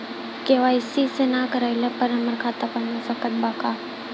KYC ना करवाइला पर हमार खाता बंद हो सकत बा का?